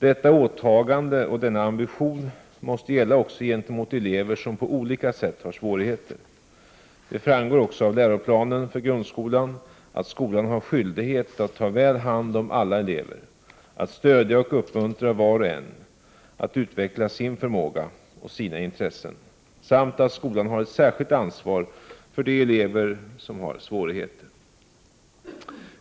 Detta åtagande och denna ambition måste gälla också gentemot elever som på olika sätt har svårigheter. Det framgår också av läroplanen för grundskolan att skolan har skyldighet att ta väl hand om alla elever, att stödja och uppmuntra var och en att utveckla sin förmåga och sina intressen, samt att skolan har ett särskilt ansvar för de elever som har svårigheter.